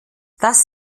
das